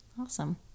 Awesome